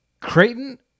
Creighton